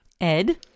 Ed